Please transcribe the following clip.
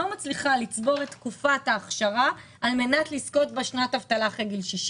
לא מצליחה לצבור את תקופת ההכשרה על מנת לזכות בשנת אבטלה אחרי גיל 60